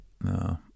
No